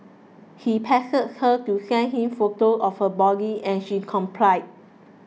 he pestered her to send him photos of her body and she complied